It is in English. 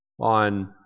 on